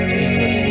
Jesus